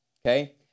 Okay